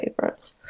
favorites